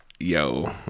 yo